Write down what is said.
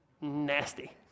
Nasty